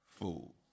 fool